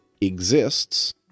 exists